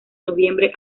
noviembre